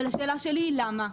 השאלה שלי היא למה?